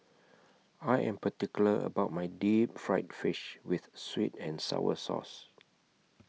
I Am particular about My Deep Fried Fish with Sweet and Sour Sauce